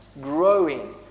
Growing